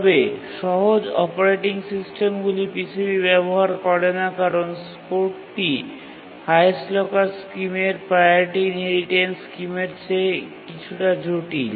তবে সহজ অপারেটিং সিস্টেমগুলি PCP ব্যবহার করে না কারণ স্কোরটি হাইয়েস্ট লকার স্কিমের প্রাওরিটি ইনহেরিটেন্স স্কিমের চেয়ে কিছুটা জটিল